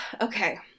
Okay